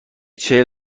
چهل